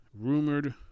rumored